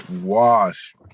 Wash